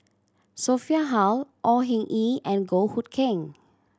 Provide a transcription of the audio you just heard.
Sophia Hull Au Hing Yee and Goh Hood Keng